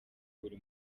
buri